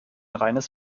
reines